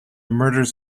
murders